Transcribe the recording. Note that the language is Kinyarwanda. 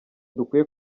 dukwiye